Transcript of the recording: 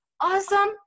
awesome